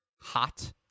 hot